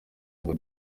ngo